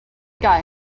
guy